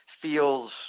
Feels